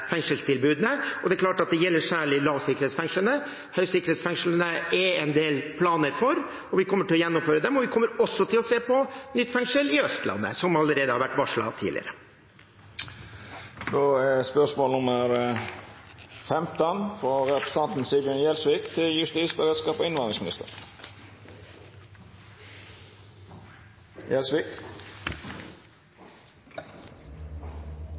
fengselstilbudene, og det gjelder særlig lavsikkerhetsfengslene. Høysikkerhetsfengslene er det en del planer for, og vi kommer til å gjennomføre dem. Vi kommer også til å se på nytt fengsel på Østlandet, som det allerede har vært varslet om. «7. mars vart den nye operasjonssentralen for Øst politidistrikt i Ski sett i drift. Samstundes vart dei tre sentralane i Lillestrøm, Ski og